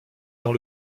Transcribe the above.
dans